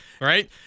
right